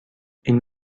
این